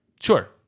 Sure